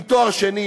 עם תואר שני,